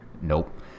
Nope